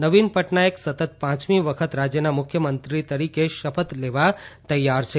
નવીન પટનાયક સતત પાંચમી વખત રાજ્યના મુખ્યમંત્રી તરીકે શપથ લેવા તૈયાર છે